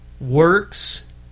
works